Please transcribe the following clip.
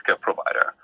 provider